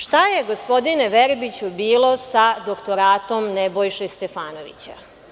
Šta je gospodine Verbiću bilo sa doktoratom Nebojše Stefanovića?